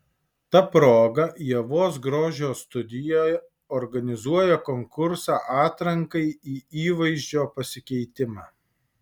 ta proga ievos grožio studija organizuoja konkursą atrankai į įvaizdžio pasikeitimą